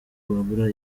babura